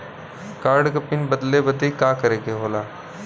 Card क PIN बदले बदी का करे के होला?